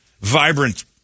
vibrant